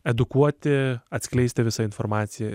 edukuoti atskleisti visą informaciją